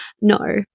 no